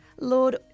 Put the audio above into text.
Lord